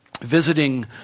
visiting